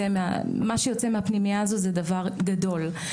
מה שיוצא מהפנימייה הזו זה דבר גדול.